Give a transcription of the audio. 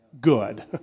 good